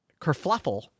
kerfluffle